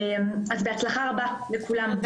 אז בהצלחה רבה לכולם.